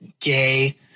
gay